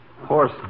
Horse